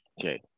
okay